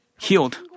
healed